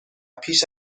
پیش